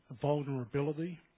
vulnerability